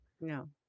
no